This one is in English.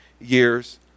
years